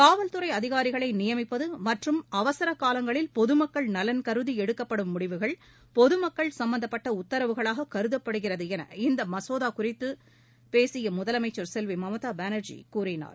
காவல்துறை அதிகாரிகளை நியமிப்பது மற்றும் அவசரக்காலங்களில் பொது மக்கள் நலன் கருதி எடுக்கப்படும் முடிவுகள் பொது மக்கள் சும்பந்தப்பட்ட உத்தரவுகளாக கருதப்படுகிறது என இந்த மசோதா குறித்து பேசிய முதலமைச்சர் செல்வி மம்தா பானர்ஜி கூறினார்